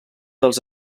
dels